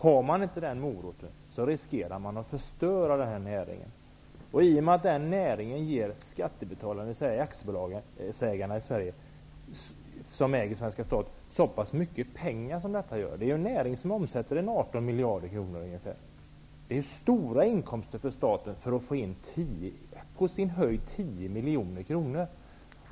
Utan den moroten riskerar man att förstöra näringen. Denna näring ger skattebetalarna, dvs. aktiebolagsägarna som äger svenska staten, så mycket pengar. Det är en näring som omsätter ca 1,8 miljarder kronor. Det är stora inkomster som staten riskerar att förlora för att få in på sin höjd 10 miljoner kronor.